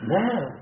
now